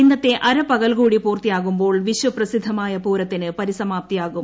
ഇന്നത്തെ അര പകൽ കൂടി പൂർത്തിയാകുമ്പോൾ വിശ്വപ്രസിദ്ധമായ പൂരത്തിന് പരിസ്മാപ്തിയാകും